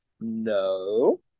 No